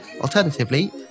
Alternatively